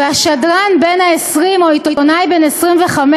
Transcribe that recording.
והשדרן בן ה-20, או העיתונאי בן ה-25,